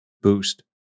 boost